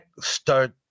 start